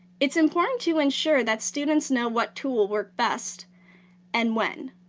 it's important to ensure that students know what tool work best and when.